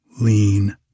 lean